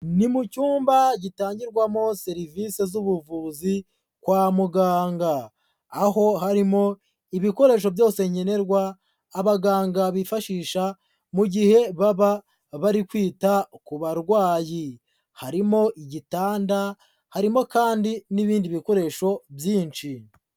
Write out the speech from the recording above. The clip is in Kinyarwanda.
Ni mu cyumba gitangirwamo serivise z'ubuvuzi kwa muganga, aho harimo ibikoresho byose nkenerwa, abaganga bifashisha mu gihe baba bari kwita ku barwayi, harimo igitanda, harimo kandi n'ibindi bikoresho byinshi.